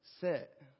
sit